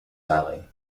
valley